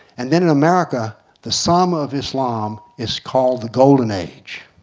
and then in america the sum of islam is called the golden age,